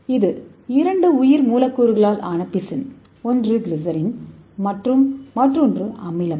இந்த பிசின் இரண்டு உயிர் மூலக்கூறுகளால் ஆனது ஒன்று கிளிசரின் மற்றும் மற்றொன்று அமிலம்